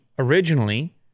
Originally